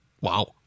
Wow